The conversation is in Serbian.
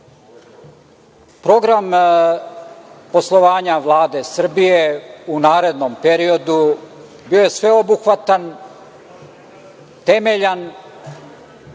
poslovanja Vlade Srbije u narednom periodu bio je sveobuhvatan, temeljan